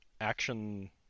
action